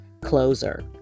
closer